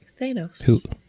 Thanos